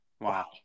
Wow